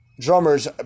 drummers